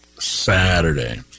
Saturday